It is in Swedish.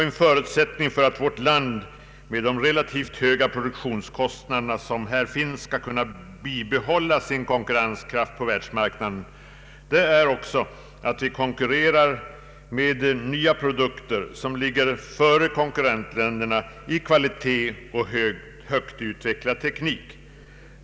En förutsättning för vårt land, med de relativt höga produktionskostnader, som vi har, skall kunna bibehålla sin konkurrenskraft på världsmarknaden är att vi konkurrerar med nya produkter som ligger före konkurrentländernas i fråga om kvalitet och högt utvecklad teknik.